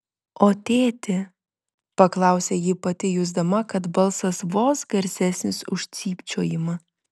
o tėtį paklausė ji pati jusdama kad balsas vos garsesnis už cypčiojimą